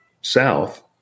south